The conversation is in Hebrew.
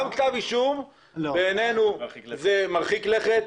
גם כתב אישום בעינינו זה מרחיק לכת.